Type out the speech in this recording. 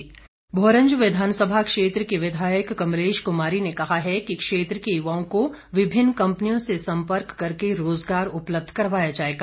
कमलेश कुमारी भोरेंज विधानसभा क्षेत्र की विधायक कमलेश कुमारी ने कहा है कि क्षेत्र के युवाओं को विभिन्न कम्पनियों से सम्पर्क करके रोजगार उपलब्ध करवाया जाएगा